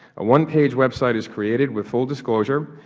a one page web site is created with full disclosure,